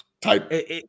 type